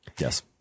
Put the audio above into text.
Yes